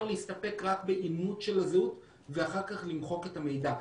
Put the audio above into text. להסתפק רק באימות של הזהות ואחר כך למחוק את המידע.